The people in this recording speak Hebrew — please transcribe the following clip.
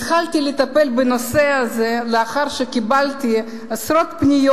התחלתי לטפל בנושא הזה לאחר שקיבלתי עשרות פניות